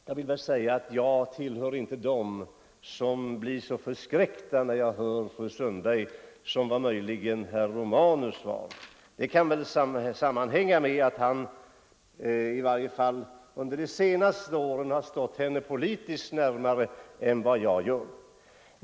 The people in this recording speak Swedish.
Jag tillhör inte dem som blir så förskräckt som möjligen herr Romanus blev när han lyssnade till fru Sundberg. Det kan väl sammanhänga med att han i varje fall de senaste åren har stått henne politiskt närmare än vad jag har gjort.